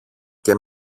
και